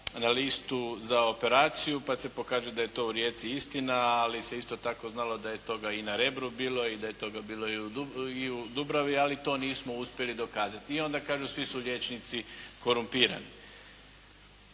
na listu za operaciju, pa se pokaže da je to u Rijeci istina, ali se isto tako znalo da je toga i na Rebru bilo i da je toga bilo i u Dubravi, ali to nismo uspjeli dokazati i onda kažu svi su liječnici korumpirani.